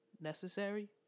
necessary